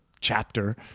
chapter